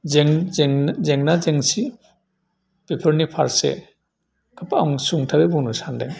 जेंना जेंसि बेफोरनि फारसे आं सुंथाबै बुंनो सानदों